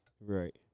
Right